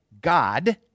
God